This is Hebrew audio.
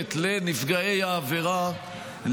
כתובת לנפגעי העבירה,